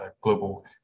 global